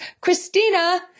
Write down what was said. Christina